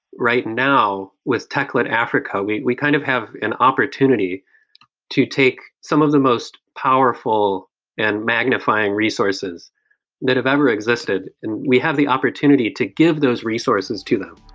right now with techlit africa, we we kind of have an opportunity to take some of the most powerful and magnifying resources that have ever existed and we have the opportunity to give those resources to them.